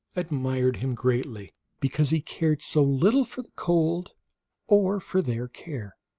admired him greatly because he cared so little for the cold or for their care.